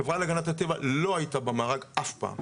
החברה להגנת הטבע לא הייתה במארג אף פעם.